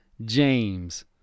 James